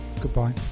Goodbye